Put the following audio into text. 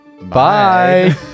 bye